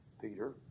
Peter